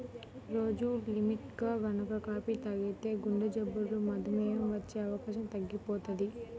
రోజూ లిమిట్గా గనక కాపీ తాగితే గుండెజబ్బులు, మధుమేహం వచ్చే అవకాశం తగ్గిపోతది